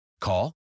Call